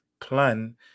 plan